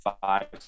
Five